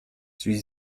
связи